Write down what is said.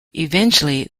eventually